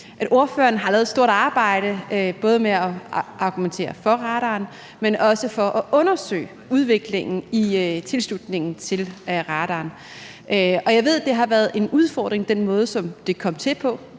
ordføreren har lavet et stort arbejde både med at argumentere for radaren, men også med at undersøge udviklingen i tilslutningen til radaren. Jeg ved, at den måde, som det kom til på,